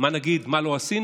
מה נגיד, מה, לא עשינו?